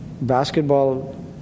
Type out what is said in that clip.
basketball